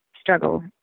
struggle